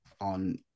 on